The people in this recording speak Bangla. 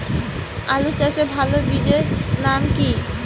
আলু চাষের ভালো বীজের নাম কি?